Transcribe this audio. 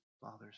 Father's